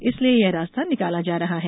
इसलिए यह रास्ता निकाला जा रहा है